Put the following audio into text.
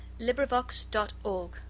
LibriVox.org